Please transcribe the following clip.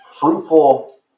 fruitful